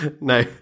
No